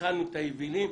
הכנו את היבילים,